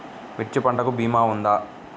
మిర్చి పంటకి భీమా ఉందా?